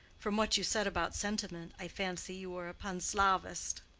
from what you said about sentiment, i fancy you are a panslavist.